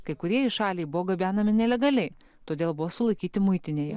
kai kurie į šalį buvo gabenami nelegaliai todėl buvo sulaikyti muitinėje